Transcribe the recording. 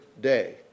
day